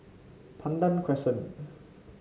Pandan Crescent